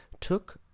took